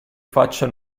faccia